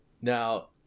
Now